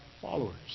followers